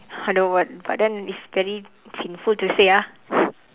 I know what but then it's very sinful to say ah